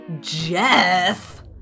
jeff